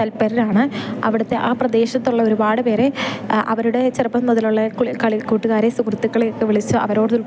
തൽപ്പരരാണ് അവിടുത്തെ ആ പ്രദേശത്തുള്ള ഒരുപാട് പേരെ അവരുടെ ചെറുപ്പം മുതലുള്ള കുളി കളിക്കൂട്ടുകാരെ സുഹൃത്തുക്കളെയൊക്ക വിളിച്ച് അവരോടൊപ്പം